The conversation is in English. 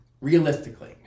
realistically